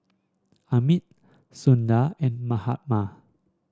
Amit Sundar and Mahatma